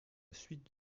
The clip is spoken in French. suite